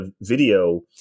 video